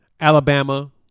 Alabama